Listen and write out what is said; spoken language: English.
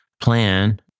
plan